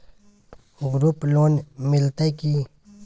Group loan मिलतै की?